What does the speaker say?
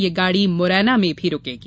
यह गाडी मुरैना मे भी रुकेगी